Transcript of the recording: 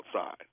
outside